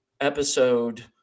episode